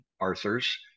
Arthur's